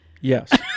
Yes